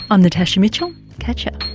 i'm natasha mitchell catchya